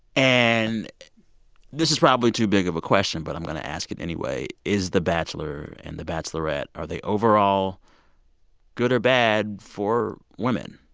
and this is probably too big of a question, but i'm going to ask it anyway. is the bachelor and the bachelorette are they overall good or bad for women?